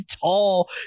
tall